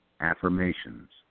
affirmations